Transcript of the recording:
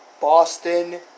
Boston